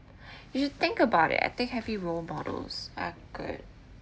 you should think about it I think having a role models are good